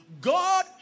God